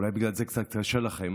אולי בגלל זה קצת יותר קשה לכם,